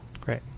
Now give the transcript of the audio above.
Great